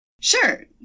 Sure